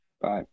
Bye